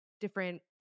different